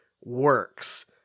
works